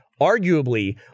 arguably